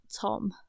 Tom